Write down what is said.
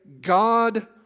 God